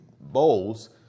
bowls